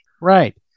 right